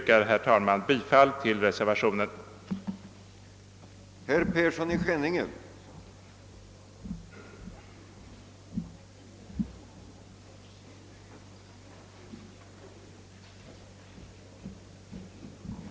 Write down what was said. Jag ber att få yrka bifall till reservationen 2.